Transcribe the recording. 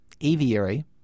aviary